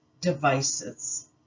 devices